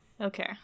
Okay